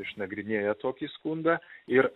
išnagrinėja tokį skundą ir